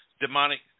demonic